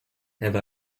have